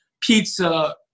pizza